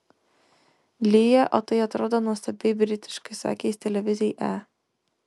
lyja o tai atrodo nuostabiai britiškai sakė jis televizijai e